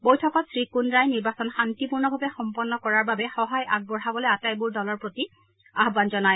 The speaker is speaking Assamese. বৈঠকত শ্ৰী কুদ্ৰাই নিৰ্বাচন শান্তিপূৰ্ণভাৱে সম্পন্ন কৰাৰ বাবে সহায় আগবঢ়াবলৈ আটাইবোৰ দলৰ প্ৰতি আহান জনায়